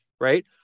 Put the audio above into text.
right